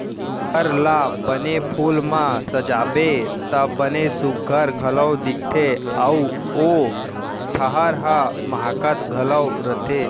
घर ला बने फूल म सजाबे त बने सुग्घर घलौ दिखथे अउ ओ ठहर ह माहकत घलौ रथे